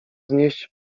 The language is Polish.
znieść